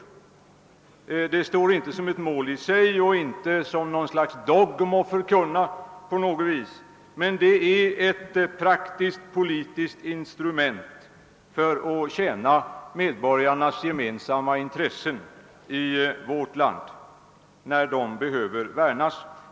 Socialisering står inte som ett mål i sig och inte heller som något slags dogm att förkunna, utan det är ett praktiskt-politiskt instrument för att tjäna medborgarnas gemensamma intressen i vårt land när de behöver värnas.